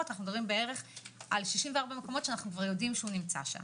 אנחנו מדברים על 64 מקומות שאנחנו יודעים שהוא נמצא שם.